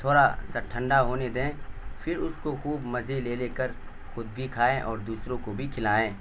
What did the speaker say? تھوڑا سا ٹھنڈا ہونے دیں پھر اس کو خوب مزے لے لے کر خود بھی کھائیں اور دوسروں کو بھی کھلائیں